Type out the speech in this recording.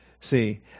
See